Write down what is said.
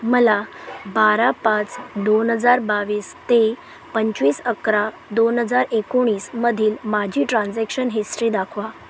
मला बारा पाच दोन हजार बावीस ते पंचवीस अकरा दोन हजार एकोणीसमधील माझी ट्रान्झॅक्शन हिस्ट्री दाखवा